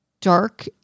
dark